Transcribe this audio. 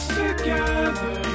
together